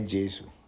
Jesus